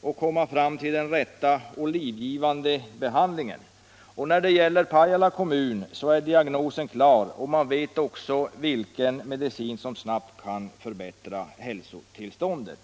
och föreskriva den rätta och livgivande behandlingen. När det gäller Pajala kommun är diagnosen klar, och man vet också vilken medicin som snabbt kan förbättra hälsotillståndet.